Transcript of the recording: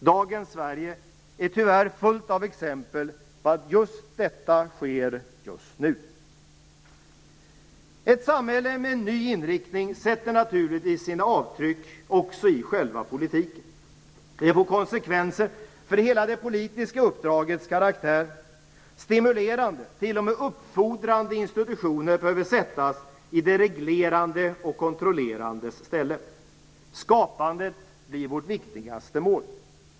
Dagens Sverige är tyvärr fullt av exempel på att just detta sker just nu. Ett samhälle med en ny inriktning sätter naturligtvis sina avtryck också i själva politiken. Det får konsekvenser för hela det politiska uppdragets karaktär. Stimulerande, t.o.m. uppfordrande, institutioner behöver sättas i de reglerande och kontrollerandes ställe. Skapandet blir vårt viktigaste mål.